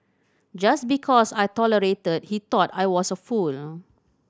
just because I tolerated he thought I was a fool